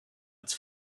its